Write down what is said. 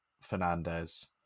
Fernandez